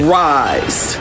rise